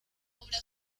obra